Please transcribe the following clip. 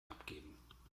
abgeben